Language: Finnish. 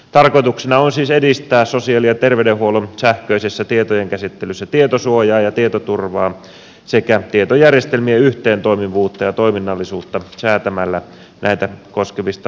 tarkoituksena on siis edistää sosiaali ja terveydenhuollon sähköisessä tietojenkäsittelyssä tietosuojaa ja tietoturvaa sekä tietojärjestelmien yhteentoimivuutta ja toiminnallisuutta säätämällä näitä koskevista vaatimusmäärittelyistä ja valvonnasta